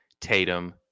Tatum